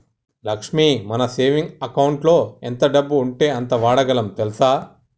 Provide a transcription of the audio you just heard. లక్ష్మి మన సేవింగ్ అకౌంటులో ఎంత డబ్బు ఉంటే అంత వాడగలం తెల్సా